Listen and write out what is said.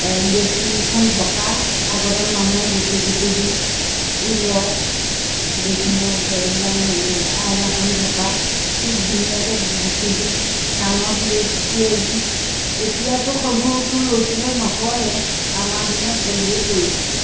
ড্ৰেচিংখন ঢকা আগতে মানুহক গোঁঠি গোঁঠি দিওঁ ঊলৰ ড্ৰেছিঙত একদম হেৰি আইনাখন ঢকা কি ধুনীয়াকৈ গোঁঠি দিওঁ কাণত খুৱাই দিওঁ এতিয়াতো সেইবোৰতো ল'ৰা ছোৱালীয়ে নকৰেই আমাৰ দিনত সেইবোৰও কৰিছিলোঁ